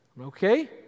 Okay